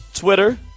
Twitter